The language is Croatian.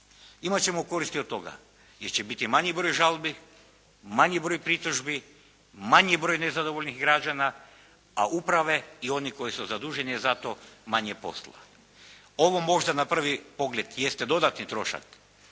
Imat ćemo koristi od toga jer će biti manji broj žalbi, manji broj pritužbi, manji broj nezadovoljnih građana a uprave i oni koji su zaduženi za to manje posla. Ovo možda na prvi pogled jeste dodatni trošak